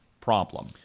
problem